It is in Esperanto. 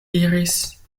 diris